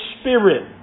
Spirit